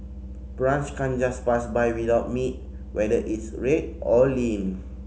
brunch can't just pass by without meat whether it's red or lean